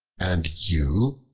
and you,